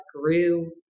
grew